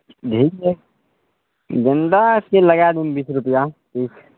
भेट जायत गेन्दाके लगा देब बीस रुपैआ पीस